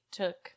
took